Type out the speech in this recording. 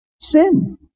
sin